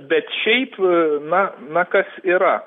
bet šiaip na na kas yra